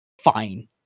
fine